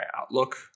outlook